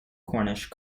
cornish